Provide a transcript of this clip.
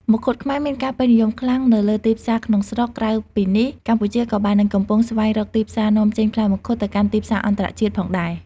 មង្ឃុតខ្មែរមានការពេញនិយមខ្លាំងនៅលើទីផ្សារក្នុងស្រុក ក្រៅពីនេះ កម្ពុជាក៏បាននិងកំពុងស្វែងរកទីផ្សារនាំចេញផ្លែមង្ឃុតទៅកាន់ទីផ្សារអន្តរជាតិផងដែរ។